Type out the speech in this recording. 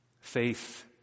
Faith